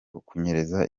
kunyereza